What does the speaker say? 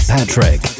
Patrick